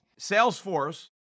Salesforce